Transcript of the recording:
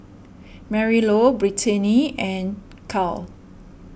Marylou Brittanie and Kyle